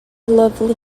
lovely